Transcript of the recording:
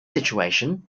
situation